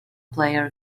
player